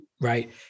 right